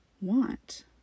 want